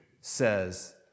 says